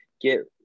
get